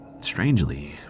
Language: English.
strangely